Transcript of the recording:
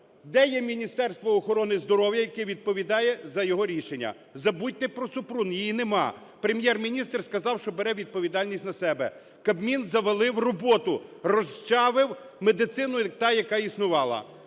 Де є міністерство охорони здоров'я, яке відповідає за його рішення? Забудьте про Супрун, її нема. Прем’єр-міністр сказав, що бере відповідальність на себе. Кабмін завалив роботу, розчавив медицину – та, яка існувала.